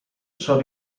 sono